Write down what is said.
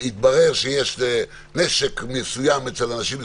התברר שיש נשק מסוים אצל אנשים מסוימים,